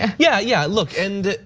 yeah yeah, yeah, look and